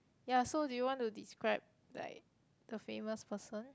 ya so do you want to describe like the famous person